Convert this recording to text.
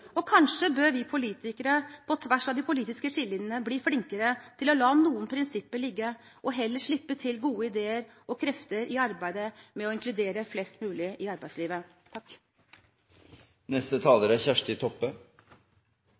Og kanskje bør vi politikere på tvers av de politiske skillelinjene bli flinkere til å la noen prinsipper ligge og heller slippe til gode ideer og krefter i arbeidet med å inkludere flest mulig i arbeidslivet.